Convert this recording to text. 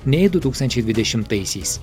nei du tūkstančiai dvidešimtaisiais